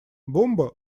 бомба